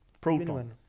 Proton